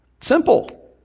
Simple